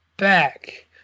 back